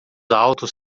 altos